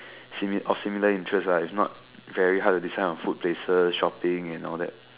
similar of similar interest ah if not very hard to decide on food places shopping and all that